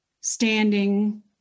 standing